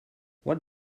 what